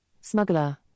Smuggler